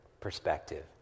perspective